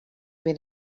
bin